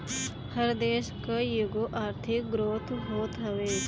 हर देस कअ एगो आर्थिक ग्रोथ होत हवे